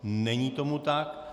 Není tomu tak.